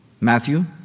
Matthew